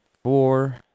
Four